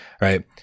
right